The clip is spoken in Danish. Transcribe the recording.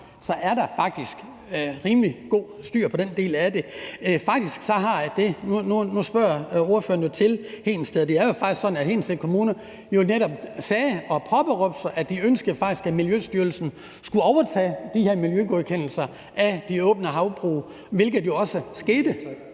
på, er der faktisk rimelig godt styr på den del af det. Nu spørger ordføreren til Hedensted, og det er jo faktisk sådan, at Hedensted Kommune netop sagde og påberåbte sig, at de ønskede, at Miljøstyrelsen skulle overtage de her miljøgodkendelser af de åbne havbrug, hvilket jo også skete.